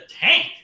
tank